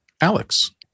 Alex